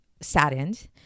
saddened